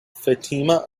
fatima